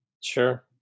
Sure